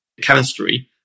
chemistry